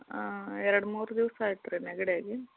ಹಾಂ ಎರಡು ಮೂರು ದಿವ್ಸ ಆಯ್ತು ರೀ ನೆಗಡಿ ಆಗಿ